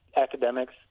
academics